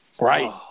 Right